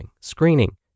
screening